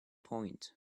point